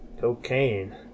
Cocaine